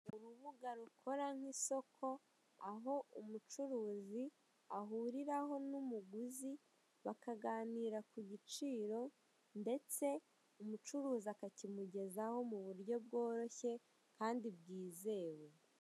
Urubuga rukora nk'isoko, aho umucuruzi ahuriraho n'umuguzi bakaganira ku giciro ndetse umucuruzi akakimugezaho mu buryo bworoshye kandi bwizewe.